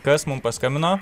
kas mums paskambino